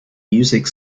music